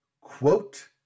Quote